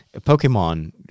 Pokemon